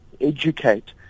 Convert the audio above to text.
educate